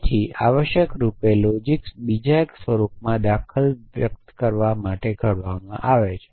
તેથી આવશ્યક રૂપે લોજીક્સ બીજા એક સ્વરૂપમાં દાખલા વ્યક્ત કરવા માટે ઘડવામાં આવે છે